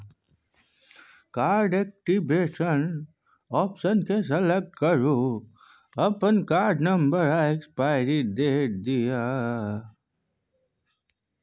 card activation option केँ select करु अपन कार्ड नंबर आ एक्सपाइरी डेट दए